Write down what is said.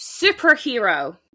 superhero